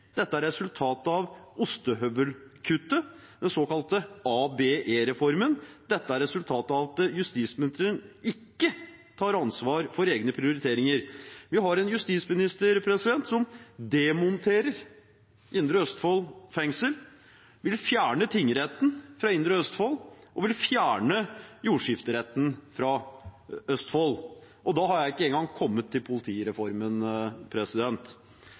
Dette er resultatet av en villet politikk. Det er resultatet av ostehøvelkuttet – den såkalte ABE-reformen. Det er resultatet av at justisministeren ikke tar ansvar for egne prioriteringer. Vi har en justisminister som demonterer Indre Østfold fengsel, som vil fjerne tingretten fra Indre Østfold og fjerne jordskifteretten fra Østfold, og da har jeg ikke engang kommet til politireformen.